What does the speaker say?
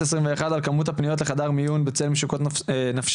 2021 על כמות הפניות לחדר מיון בצל מצוקות נפשיות,